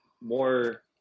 more